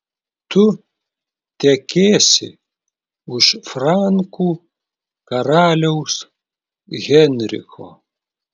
tu tekėsi už frankų karaliaus henriko